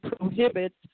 prohibits